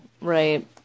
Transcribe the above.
Right